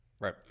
Right